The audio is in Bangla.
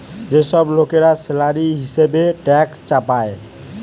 যে সব লোকরা স্ল্যাভেরি হিসেবে ট্যাক্স চাপায়